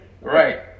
right